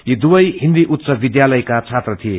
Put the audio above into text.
यी दुवै हिन्दी उच्च विध्यालयका छात्र थिए